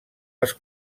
les